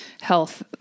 health